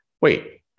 Wait